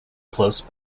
close